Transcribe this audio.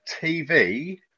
TV